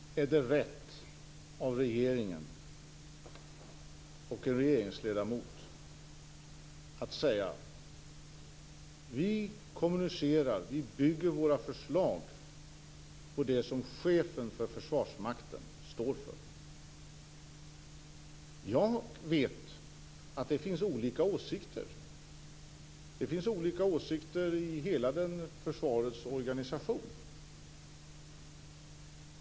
Fru talman! Nog är det rätt av regering och regeringsledamot att säga: Vi bygger våra förslag på det som chefen för Försvarsmakten står för. Jag vet att det finns olika åsikter. Det finns olika åsikter i hela försvarets organisation.